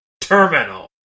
Terminal